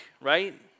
right